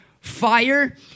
Fire